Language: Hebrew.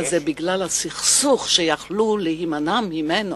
הזה בגלל הסכסוך שאפשר היה להימנע ממנו.